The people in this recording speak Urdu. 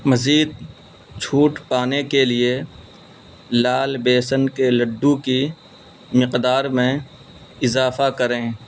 مزید چھوٹ پانے کے لیے لال بیسن کے لڈو کی مقدار میں اضافہ کریں